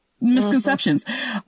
misconceptions